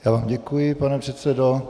Já vám děkuji, pane předsedo.